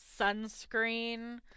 sunscreen